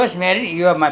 no matter how